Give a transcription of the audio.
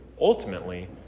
ultimately